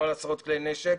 לא על עשרות כלי נשק.